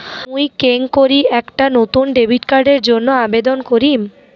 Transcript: মুই কেঙকরি একটা নতুন ডেবিট কার্ডের জন্য আবেদন করিম?